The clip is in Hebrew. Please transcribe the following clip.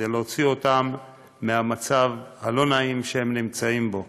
כדי להוציא אותם מהמצב הלא-נעים שהם נמצאים בו.